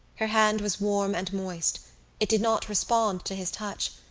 her hand was warm and moist it did not respond to his touch,